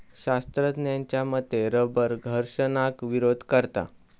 शास्त्रज्ञांच्या मते रबर घर्षणाक विरोध करता